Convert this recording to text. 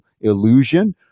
illusion